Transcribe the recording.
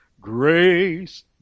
grace